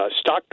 stock